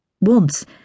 Once